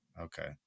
Okay